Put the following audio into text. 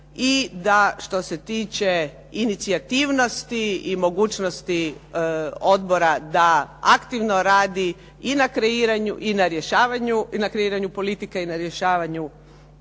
i da što se tiče inicijativnosti i mogućnosti odbora da aktivno radi i na kreiranju i na rješavanju i na kreiranju politike